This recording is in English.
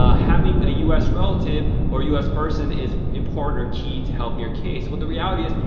ah having a u s. relative or u s. person is important or key to helping your case. well, the reality is,